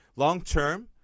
long-term